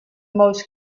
most